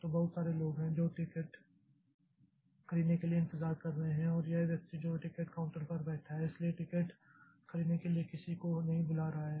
तो बहुत सारे लोग हैं जो टिकट खरीदने के लिए इंतजार कर रहे हैं और यह व्यक्ति जो टिकट काउंटर पर बैठा है इसलिए टिकट खरीदने के लिए किसी को नहीं बुला रहा है